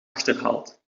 achterhaald